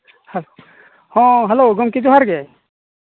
ᱦᱮᱸ ᱦᱮᱞᱳ ᱜᱚᱢᱠᱮ ᱡᱚᱦᱟᱨ ᱜᱮ